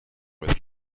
with